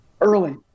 early